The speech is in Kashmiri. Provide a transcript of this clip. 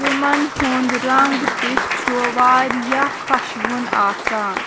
تِمَن ہُنٛد رنٛگ تہِ چھُ واریاہ خۄشوُن آسان